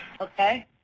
Okay